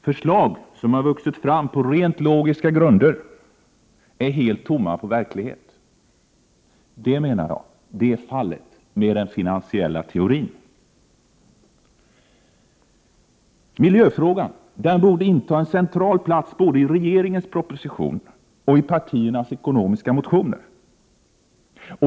”Förslag som vuxit fram på rent logiska grunder är helt tomma på verklighet.” Det menar jag är fallet med den finansiella teorin. Miljöfrågan borde inta en central plats både i regeringens proposition och i partiernas ekonomiska motioner.